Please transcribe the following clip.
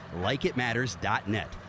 LikeItMatters.net